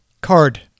card